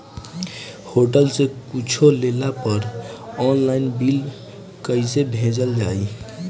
Hotel से कुच्छो लेला पर आनलाइन बिल कैसे भेजल जाइ?